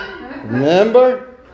Remember